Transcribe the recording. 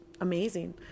amazing